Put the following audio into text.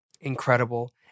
incredible